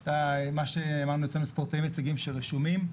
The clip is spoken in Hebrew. יש אצלנו ספורטאים עם הישגים שרשומים,